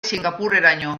singapurreraino